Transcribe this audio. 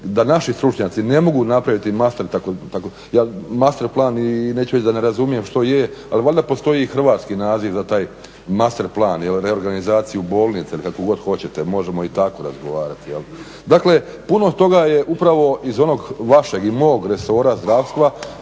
da naši stručnjaci ne mogu napraviti master plan i neću reći da ne razumijem što je ali valjda postoji i hrvatski naziv za taj master plan, jel' reorganizaciju bolnica ili kako god hoćete. Možemo i tako razgovarati. Dakle, puno toga je upravo iz onog vašeg i mog resora zdravstva